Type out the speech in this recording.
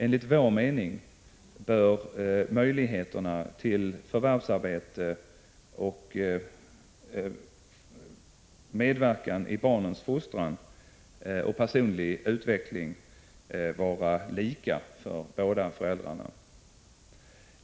Enligt vår mening bör möjligheterna till förvärvsarbete, medverkan i barnens fostran uch personlig utveckling vara lika för båda föräldrarna.